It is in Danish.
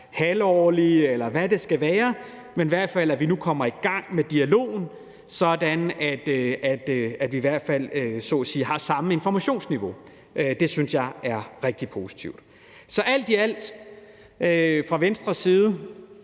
halvårligt, eller hvad det skal være. Men i hvert fald kommer vi nu i gang med dialogen, sådan at vi så at sige i hvert fald har samme informationsniveau. Det synes jeg er rigtig positivt. Så alt i alt vil jeg fra Venstres side